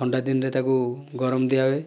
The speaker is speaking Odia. ଥଣ୍ଡା ଦିନରେ ତାକୁ ଗରମ ଦିଆ ହୁଏ